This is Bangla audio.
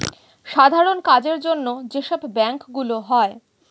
সাধারণ কাজের জন্য যে সব ব্যাংক গুলো হয়